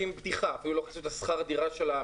קיבלנו מענקי פתיחה שאפילו לא כיסו את השכירות של העסק.